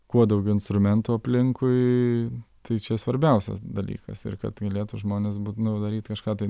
kuo daugiau instrumentų aplinkui tai čia svarbiausias dalykas ir kad galėtų žmones būt nu daryt kažką tai